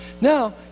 Now